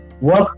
work